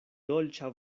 dolĉa